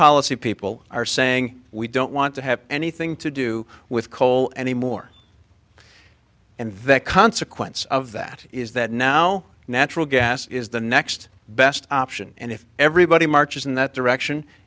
policy people are saying we don't want to have anything to do with coal anymore and the consequence of that is that now natural gas is the next best option and if everybody marches in that direction